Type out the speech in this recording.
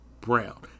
Brown